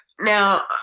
Now